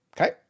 okay